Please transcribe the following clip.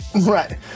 Right